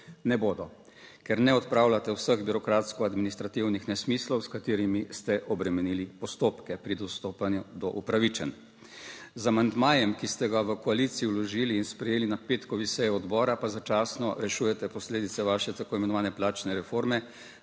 Ne bodo, ker ne odpravljate vseh birokratsko administrativnih nesmislov s katerimi ste obremenili postopke pri dostopanju do upravičenj. Z amandmajem, ki ste ga v koaliciji vložili in sprejeli na petkovi seji odbora, pa začasno rešujete posledice vaše tako imenovane plačne reforme,